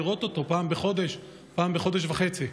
לראות אותו פעם בחודש או פעם בחודש וחצי.